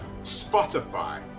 spotify